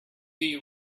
you